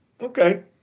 Okay